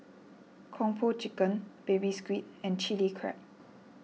Kung Po Chicken Baby Squid and Chili Crab